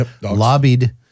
lobbied